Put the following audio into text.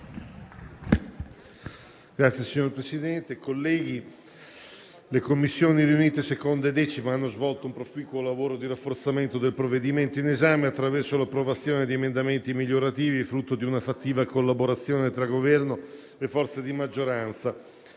*relatore*. Signor Presidente, colleghi, le Commissioni riunite 2a e 10a hanno svolto un proficuo lavoro di rafforzamento del provvedimento in esame attraverso l'approvazione di emendamenti migliorativi, frutto di una fattiva collaborazione tra Governo e forze di maggioranza.